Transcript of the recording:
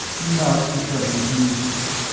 that's the trouble with you, sis.